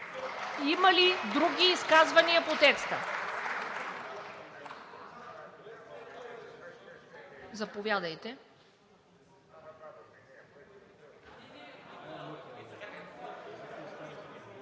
Има ли други изказвания по текста? Заповядайте.